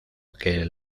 que